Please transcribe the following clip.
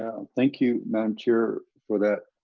thank you, madam chair for that,